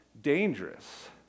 dangerous